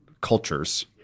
cultures